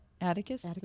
Atticus